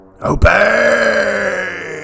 OBEY